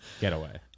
getaway